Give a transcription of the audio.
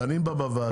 דנים בה בוועדה,